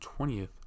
20th